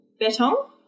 betong